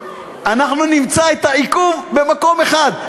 אנחנו נמצא את העיכוב במקום אחד.